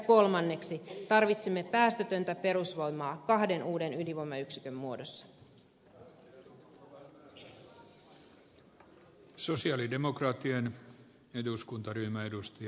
kolmanneksi tarvitsemme päästötöntä perusvoimaa kahden uuden ydinvoimayksikön muodossa